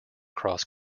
cross